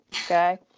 Okay